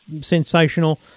sensational